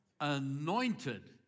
anointed